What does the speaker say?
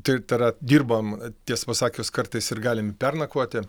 tai tai yra dirbam tiesą pasakius kartais ir galim pernakvoti